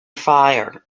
fire